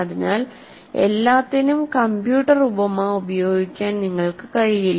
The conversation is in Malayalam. അതിനാൽ എല്ലാത്തിനും കമ്പ്യൂട്ടർ ഉപമ ഉപയോഗിക്കാൻ നിങ്ങൾക്ക് കഴിയില്ല